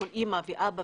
כל אימא ואבא,